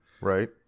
Right